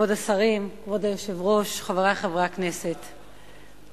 כבוד היושב-ראש, כבוד השרים, חברי חברי הכנסת כן,